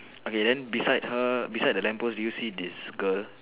okay then beside her beside the lamppost do you see this girl